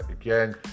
Again